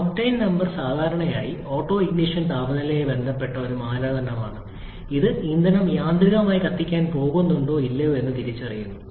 എന്നാൽ octane number സാധാരണയായി ഈ ഓട്ടൊണിഷൻ താപനിലയുമായി ബന്ധപ്പെട്ട ഒരു മാനദണ്ഡമാണ് ഇത് ഇന്ധനം യാന്ത്രികമായി കത്തിക്കാൻ പോകുന്നുണ്ടോ ഇല്ലയോ എന്ന് തിരിച്ചറിയുന്നു